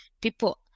people